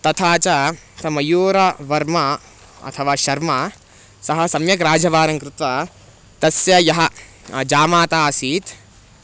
तथा च सः मयूरवर्मा अथवा शर्मा सः सम्यक् राज्यभारङ्कृत्वा तस्य यः जामाता आसीत्